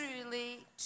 Truly